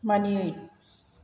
मानियै